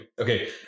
Okay